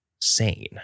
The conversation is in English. sane